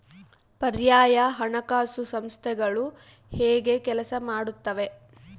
ಪರ್ಯಾಯ ಹಣಕಾಸು ಸಂಸ್ಥೆಗಳು ಹೇಗೆ ಕೆಲಸ ಮಾಡುತ್ತವೆ?